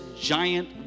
giant